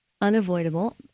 unavoidable